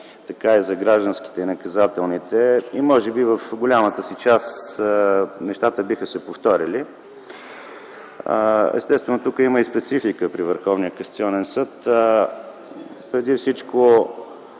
така и за гражданските и наказателните. Може би в голямата си част нещата биха се повторили. Естествено тук има и специфика при Върховния касационен съд. Преди всичко